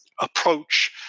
approach